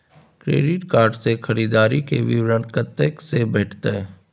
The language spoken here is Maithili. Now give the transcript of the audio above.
क्रेडिट कार्ड से खरीददारी के विवरण कत्ते से भेटतै?